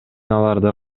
аларда